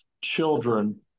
children